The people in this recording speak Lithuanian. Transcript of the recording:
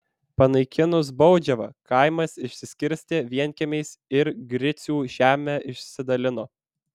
panaikinus baudžiavą kaimas išsiskirstė vienkiemiais ir gricių žemę išsidalino